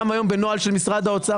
גם היום בנוהל משרד האוצר